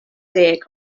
deg